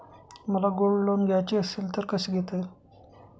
मला gold loan घ्यायचे असेल तर कसे घेता येईल?